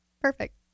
Perfect